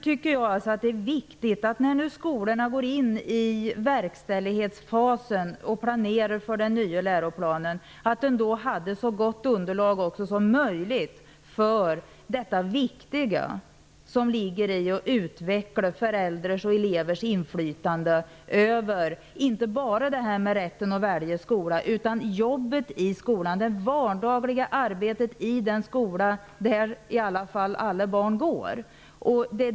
Det är viktigt när skolorna nu går in i verkställighetsfasen och planerar för den nya läroplanen att de har ett så gott underlag som möjligt för detta viktiga arbete som ligger i att utveckla föräldrars och elevers inflytande. Det gäller inte bara rätten att välja skola, utan jobbet i skolan. Det handlar om det vardagliga arbetet i den skola där alla barn går.